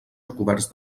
recoberts